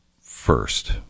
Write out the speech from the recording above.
first